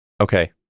Okay